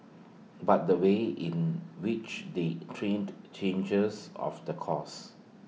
but the way in which they trained changes of the course